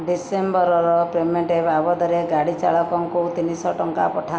ଡିସେମ୍ବରର payment ବାବଦରେ ଗାଡ଼ି ଚାଳକଙ୍କୁ ତିନିଶହ ଟଙ୍କା ପଠା